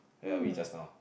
where are we just now